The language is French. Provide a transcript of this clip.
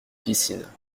piscine